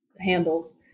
handles